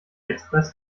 express